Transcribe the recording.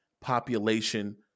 population